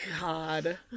God